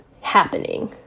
happening